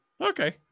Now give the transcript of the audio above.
Okay